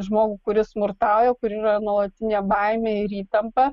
žmogų kuris smurtauja kur yra nuolatinė baimė ir įtampa